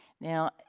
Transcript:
Now